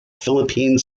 philippine